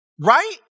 Right